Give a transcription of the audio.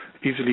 easily